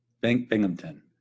Binghamton